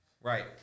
Right